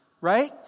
right